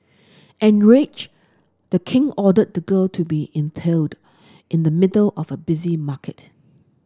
enraged the king ordered the girl to be impaled in the middle of a busy market